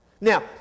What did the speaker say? Now